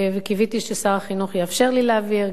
וקיוויתי ששר החינוך יאפשר לי להעביר.